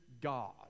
God